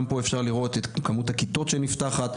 גם פה אפשר לראות את כמות הכיתות שנפתחת.